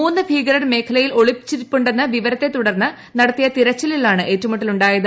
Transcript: മൂന്ന് ഭീകരർ മേഖലയിൽ ഒളിച്ചിരിപ്പുണ്ടെന്ന് വിവരത്തെ തുടർന്ന് നടത്തിയ തെരച്ചിലിലാണ് ഏറ്റുമുട്ടലുണ്ടായത്